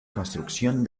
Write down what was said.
construcción